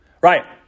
Right